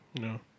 No